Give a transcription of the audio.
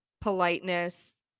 politeness